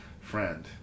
friend